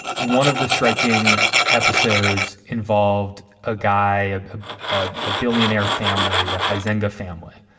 one of the striking episodes involved a guy, ah ah ah a billionaire family, the high zenga family.